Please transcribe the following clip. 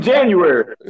January